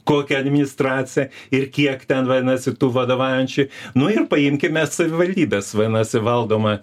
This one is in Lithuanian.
kokia administracija ir kiek ten vadinasi tų vadovaujančių nu ir paimkime savivaldybės vadinasi valdomą